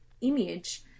image